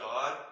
God